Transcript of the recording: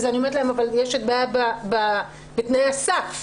אני אומרת להם, אבל יש בעיה בתנאי הסף.